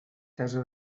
casa